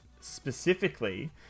specifically